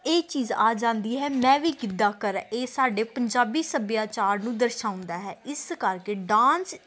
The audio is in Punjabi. ਇਹ ਚੀਜ਼ ਆ ਜਾਂਦੀ ਹੈ ਮੈਂ ਵੀ ਗਿੱਧਾਂ ਕਰਾਂ ਇਹ ਸਾਡੇ ਪੰਜਾਬੀ ਸੱਭਿਆਚਾਰ ਨੂੰ ਦਰਸਾਉਂਦਾ ਹੈ ਇਸ ਕਰਕੇ ਡਾਂਸ